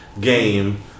game